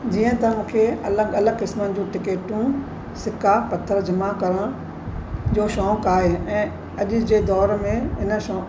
जीअं त मूंखे अलॻि अलॻि किस्मनि जूं टीकेटूं सिक्का पथर जमा करण जो शौंक़ु आहे ऐं अॼु जे दौरु में इन शौंक़ु